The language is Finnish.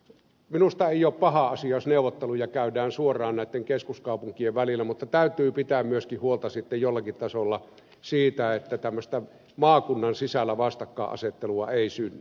minusta ei ole paha asia jos neuvotteluja käydään suoraan näitten keskuskaupunkien välillä mutta täytyy pitää myöskin huolta sitten jollakin tasolla siitä että tämmöistä vastakkainasettelua maakunnan sisällä ei synny